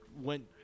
went